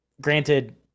granted